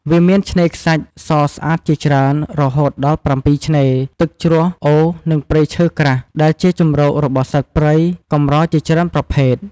វាមាន ឆ្នេរខ្សាច់សស្អាតជាច្រើន រហូតដល់ ៧ ឆ្នេរ ទឹកជ្រោះ អូរ និងព្រៃឈើក្រាស់ ដែលជាជម្រករបស់សត្វព្រៃកម្រជាច្រើនប្រភេទ។